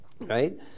Right